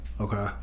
okay